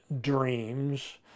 dreams